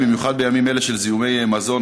במיוחד בימים אלה של זיהומי מזון